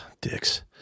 Dicks